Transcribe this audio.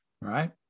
right